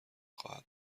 خواهد